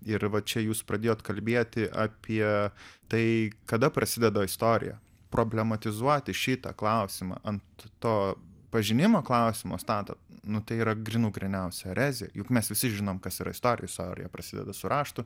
ir va čia jūs pradėjot kalbėti apie tai kada prasideda istorija problematizuoti šitą klausimą ant to pažinimo klausimo statot nu tai yra grynų gryniausia erezija juk mes visi žinom kas yra istorija istorija prasideda su raštu